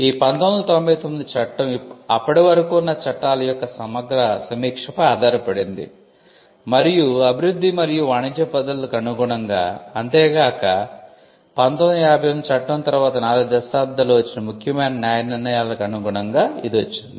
ఈ 1999 చట్టం అప్పటి వరకు ఉన్న చట్టాల యొక్క సమగ్ర సమీక్షపై ఆధారపడింది మరియు అభివృద్ధి మరియు వాణిజ్య పద్ధతులకు అనుగుణంగా అంతే కాక 1958 చట్టం తరువాత 4 దశాబ్దాలలో వచ్చిన ముఖ్యమైన న్యాయ నిర్ణయాలకు అనుగుణంగా వచ్చింది